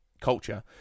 culture